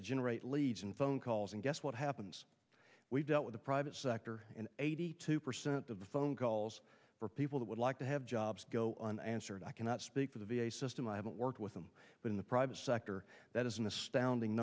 to generate leads and phone calls and guess what happens we dealt with the private sector in eighty two percent of the phone calls were people that would like to have jobs go on answered i cannot speak for the v a system i haven't worked with them but in the private sector that is an astounding